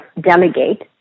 delegate